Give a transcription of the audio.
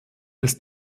ist